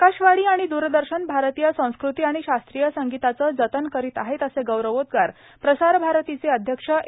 आकाशवाणी आणि द्रदर्शन आरतीय संस्कृती आणि शास्त्रीय संगीताचं जतन करीत आहे असे गौरवोद्गार प्रसारभारतीचे अध्यक्ष ए